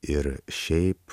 ir šiaip